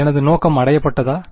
எனது நோக்கம் அடையப்பட்டதா